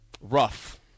rough